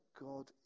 God